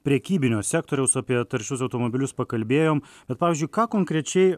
prekybinio sektoriaus apie taršius automobilius pakalbėjom bet pavyzdžiui ką konkrečiai